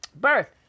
birth